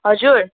हजुर